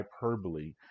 hyperbole